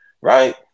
right